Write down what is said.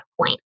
point